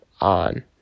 on